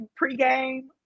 pregame